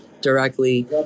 directly